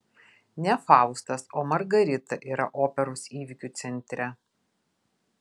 ne faustas o margarita yra operos įvykių centre